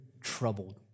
troubled